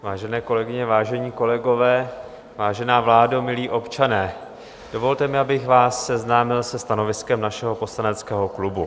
Vážené kolegyně, vážení kolegové, vážená vládo, milí občané, dovolte mi, abych vás seznámil se stanoviskem našeho poslaneckého klubu.